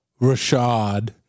Rashad